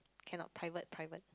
cannot private private